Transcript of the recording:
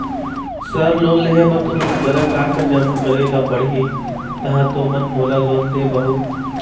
Sir loan लेहे बर तुमन करा का का जमा करें ला पड़ही तहाँ तुमन मोला लोन दे पाहुं?